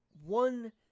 one